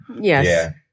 Yes